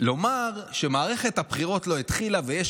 לומר שמערכת הבחירות לא התחילה ויש